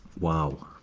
wow!